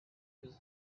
his